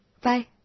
Bye